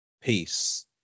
peace